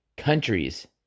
countries